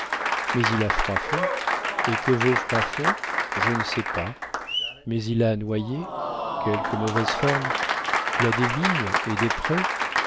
mais il a froidfond et que vaut froidfond je ne sais pas mais il a noyers quelque mauvaise ferme il a des vignes et des prés